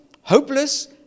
hopeless